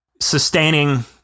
sustaining